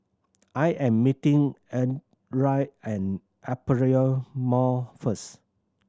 I am meeting and Aperia Mall first